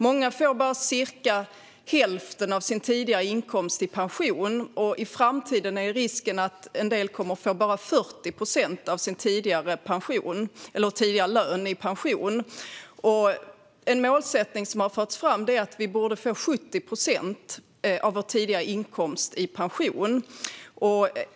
Många får bara cirka hälften av sin tidigare inkomst i pension, och i framtiden är risken att en del bara kommer att få 40 procent av sin tidigare lön i pension. En målsättning som har förts fram är att vi borde få 70 procent av vår tidigare inkomst i pension.